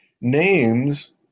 names